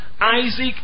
Isaac